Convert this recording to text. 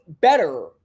better